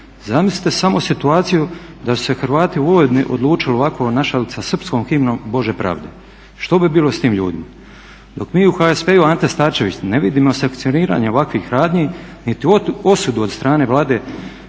Zamislite samo situaciju da su se Hrvati u Vojvodini odlučili ovako našaliti sa srpskom himnom Bože pravde, što bi bilo s tim ljudima? Dok mi u HSP Ante Starčević ne vidimo sankcioniranje ovakvih radnji niti osudu od Vlade